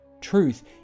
Truth